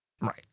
Right